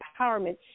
empowerment